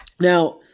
Now